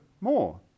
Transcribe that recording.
more